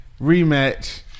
rematch